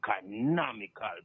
economical